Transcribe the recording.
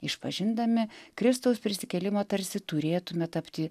išpažindami kristaus prisikėlimą tarsi turėtumėme tapti